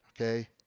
okay